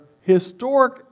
historic